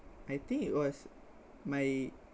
I think it was my